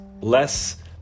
less